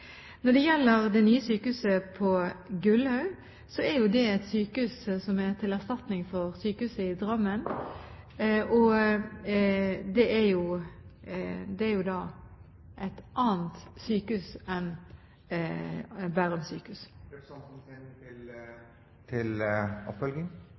Når det gjelder det nye sykehuset på Gullaug, er det et sykehus som er til erstatning for sykehuset i Drammen, og det er et annet sykehus enn Bærum sykehus. Jeg takker igjen statsråden for svaret. Som det